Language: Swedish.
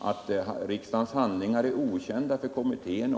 är inte riksdagens hand lingar okända för kommittén.